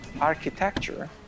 architecture